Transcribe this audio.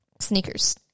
sneakers